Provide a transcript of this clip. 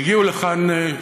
והגיעו לכאן,